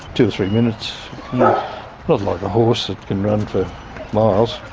two or three minutes not like a horse, that can run for miles.